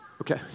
Okay